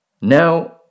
Now